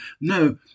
No